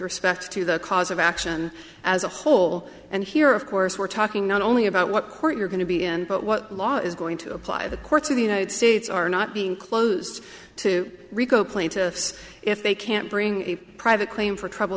respect to the cause of action as a whole and here of course we're talking not only about what court you're going to be in but what law is going to apply the courts of the united states are not being closed to rico plaintiffs if they can't bring a private claim for trouble